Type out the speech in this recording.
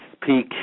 peak